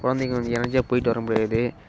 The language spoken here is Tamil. குழந்தைங்க நிறஞ்சா போயிட்டு வர முடியாது